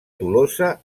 tolosa